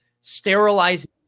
sterilizing